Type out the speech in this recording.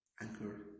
Anchor